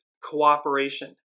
cooperation